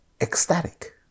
ecstatic